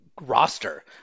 roster